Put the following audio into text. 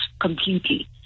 completely